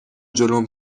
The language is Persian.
جلوم